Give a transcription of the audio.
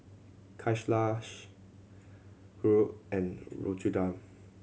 Kailash Dhirubhai and Ramchundra